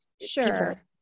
sure